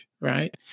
right